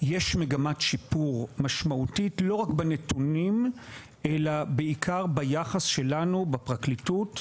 יש מגמת שיפור משמעותית לא רק בנתונים אלא בעיקר ביחס שלנו בפרקליטות